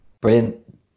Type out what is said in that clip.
Brilliant